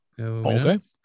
Okay